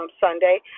Sunday